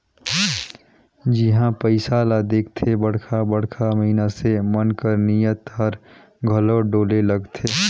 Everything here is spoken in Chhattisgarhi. जिहां पइसा ल देखथे बड़खा बड़खा मइनसे मन कर नीयत हर घलो डोले लगथे